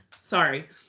Sorry